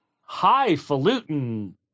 highfalutin